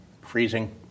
freezing